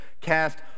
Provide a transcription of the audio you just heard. Cast